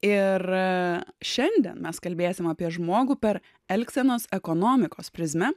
ir šiandien mes kalbėsime apie žmogų per elgsenos ekonomikos prizme